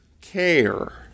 care